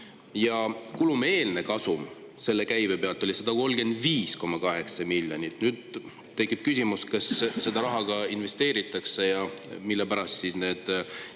Kulumieelne kasum selle käibe pealt oli 135,8 miljonit. Nüüd tekib küsimus, kas seda raha ka investeeritakse ja mille pärast siis hinnad